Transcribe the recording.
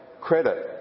credit